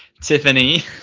Tiffany